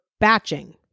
batching